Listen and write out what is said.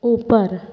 ऊपर